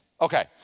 Okay